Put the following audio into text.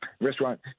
restaurant